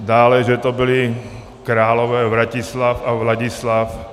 Dále že to byli králové Vratislav a Vladislav.